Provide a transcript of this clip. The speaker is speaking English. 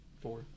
Four